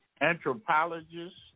anthropologists